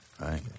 right